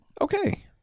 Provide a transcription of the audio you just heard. Okay